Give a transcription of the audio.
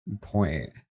point